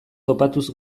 topatuz